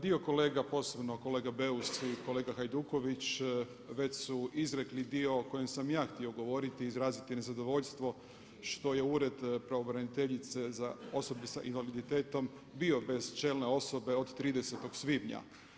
Dio kolega posebno kolega Beus i kolega Hajduković već su izrekli dio o kojem sam ja htio govoriti i izraziti nezadovoljstvo što je Ured pravobraniteljice za osobe s invaliditetom bio bez čelne osobe od 30. svibnja.